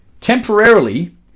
temporarily